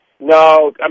No